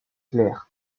clerc